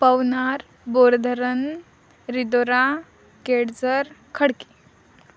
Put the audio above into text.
पवनार बोर धरण रिदोरा केडझर खडकी